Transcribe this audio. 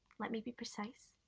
let me be precise,